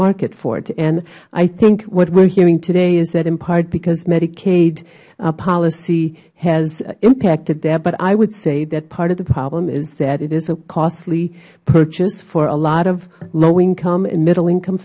market for it i think what we are hearing today is that in part because medicaid policy has impacted that but i would say part of the problem is that it is a costly purchase for a lot of low income and middle income